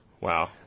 Wow